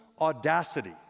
audacity